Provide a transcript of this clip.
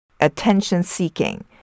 attention-seeking